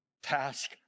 Task